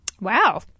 Wow